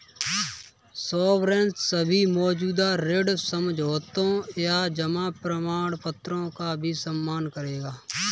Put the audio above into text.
sovereign सभी मौजूदा ऋण समझौतों या जमा प्रमाणपत्रों का भी सम्मान करेगा